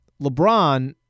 LeBron